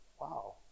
wow